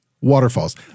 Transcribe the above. waterfalls